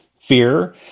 fear